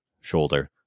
shoulder